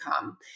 come